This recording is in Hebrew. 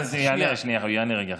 שנייה, הוא יענה רגע אחד.